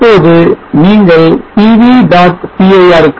இப்போது நீங்கள் pv